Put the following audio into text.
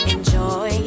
Enjoy